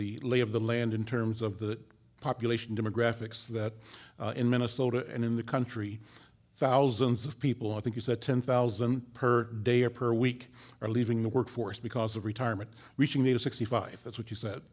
the lay of the land in terms of the population demographics that in minnesota and in the country thousands of people i think you said ten thousand per day or per week are leaving the workforce because of retirement reaching the age of sixty five that's what you said